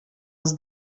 els